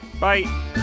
Bye